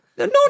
no